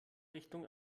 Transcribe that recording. richtung